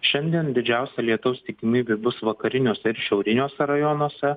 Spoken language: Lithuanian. šiandien didžiausia lietaus tikimybė bus vakariniuose ir šiauriniuose rajonuose